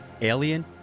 Alien